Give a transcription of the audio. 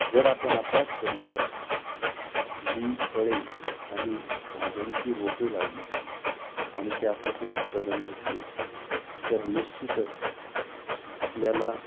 जर आपण आपल्याच परिसरात ही फळे आणि भाज्यांची रोपे लावली आणि त्यापासून उत्पादन घेतले तर निश्चितच आपल्याला